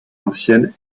ancienne